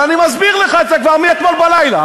אבל אני מסביר לך את זה כבר מאתמול בלילה,